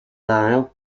lyle